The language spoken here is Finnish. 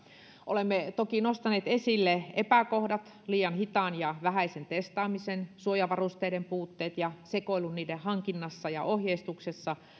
olemme toki nostaneet esille epäkohdat liian hitaan ja vähäisen testaamisen suojavarusteiden puutteet ja sekoilun niiden hankinnassa ja ohjeistuksessa